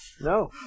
no